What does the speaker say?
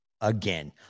again